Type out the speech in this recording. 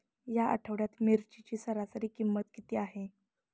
या आठवड्यात मिरचीची सरासरी किंमत किती आहे?